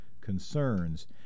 concerns